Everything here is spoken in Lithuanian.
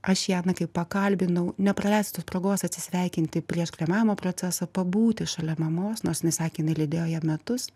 aš ją na kai pakalbinau nepraleisti tos progos atsisveikinti prieš kremavimo procesą pabūti šalia mamos nors jinai sakė jinai lydėjo ją metus